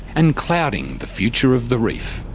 and clouding the future of the reef.